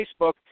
Facebook